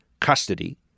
custody